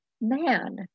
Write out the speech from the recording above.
man